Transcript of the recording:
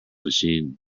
machine